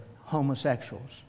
homosexuals